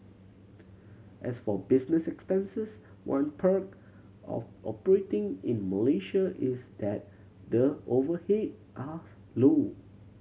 as for business expenses one perk of operating in Malaysia is that the overhead are low